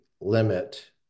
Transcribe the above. limit